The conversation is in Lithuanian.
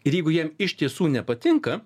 ir jeigu jam iš tiesų nepatinka